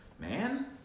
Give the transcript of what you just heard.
man